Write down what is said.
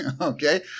Okay